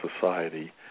society